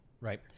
Right